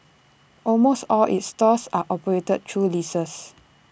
almost all its stores are operated through leases